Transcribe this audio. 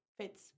fits